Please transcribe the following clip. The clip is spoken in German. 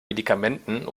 medikamenten